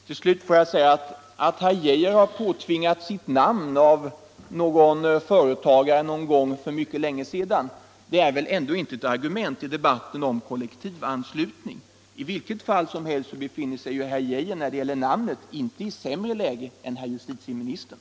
Till sist vill jag säga att det faktum att herr Geijer påtvingats sitt namn av någon företagare någon gång för mycket länge sedan väl ändå inte är ett argument i debatten om kollektivanslutning. I vilket fall som helst befinner sig herr Geijer ju när det gäller namnet inte i sämre läge än herr justitiemin:stern.